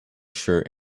shirt